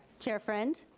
chair friend.